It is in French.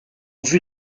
vue